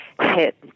hit